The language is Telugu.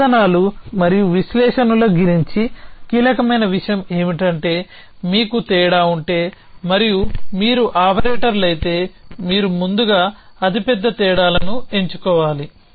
ఆపై సాధనాలు మరియు విశ్లేషణల గురించి కీలకమైన విషయం ఏమిటంటే మీకు తేడా ఉంటే మరియు మీరు ఆపరేటర్లైతే మీరు ముందుగా అతిపెద్ద తేడాలను ఎంచుకోవాలి